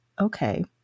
okay